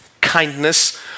kindness